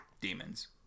Demons